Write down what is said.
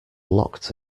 locked